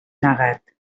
negat